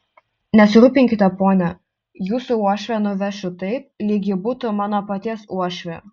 nesirūpinkite pone jūsų uošvę nuvešiu taip lyg ji būtų mano paties uošvė